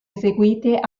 eseguite